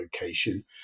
location